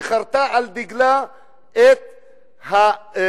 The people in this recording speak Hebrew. שחרתה על דגלה את הקיצוניות,